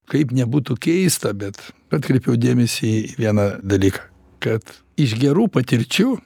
kaip nebūtų keista bet atkreipiau dėmesį į vieną dalyką kad iš gerų patirčių